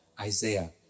Isaiah